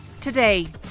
Today